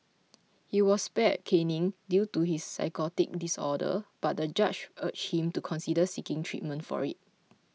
he was spared caning due to his psychotic disorder but the judge urged him to consider seeking treatment for it